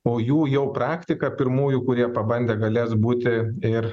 o jų jau praktika pirmųjų kurie pabandę galės būti ir